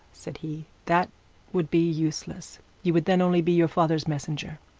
said he, that would be useless you would then only be your father's messenger.